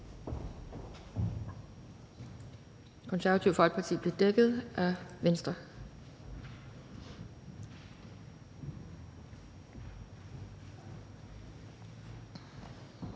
Konservative Folkeparti blev dækket af Venstre,